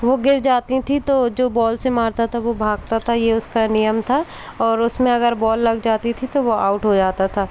वो गिर जाती थीं तो जो बॉल से मारता था वो भागता था ये उसका नियम था और उसमें अगर बॉल लग जाती थी तो वो आउट हो जाता था